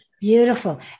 Beautiful